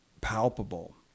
palpable